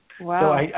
Wow